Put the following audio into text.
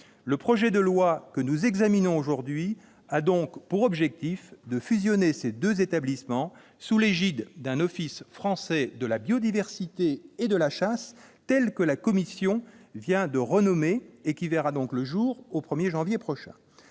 Le projet de loi que nous examinons aujourd'hui a donc pour objet de fusionner ces deux établissements sous l'égide d'un Office français de la biodiversité et de la chasse, ainsi que la commission vient de le renommer, et qui verra le jour le 1 janvier prochain.